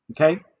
okay